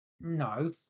No